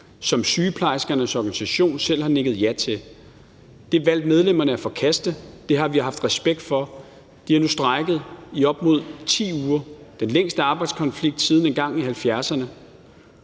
som sygeplejerskernes organisation selv har nikket ja til. Det valgte medlemmerne at forkaste. Det har vi haft respekt for. De har nu strejket i op mod 10 uger – den længste arbejdskonflikt siden engang i 1970'erne.